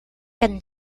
can